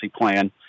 plan